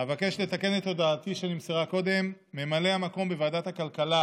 אבקש לתקן את הודעתי שנמסרה קודם: ממלא המקום בוועדת הכלכלה